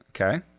okay